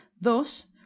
Thus